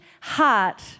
heart